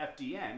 FDN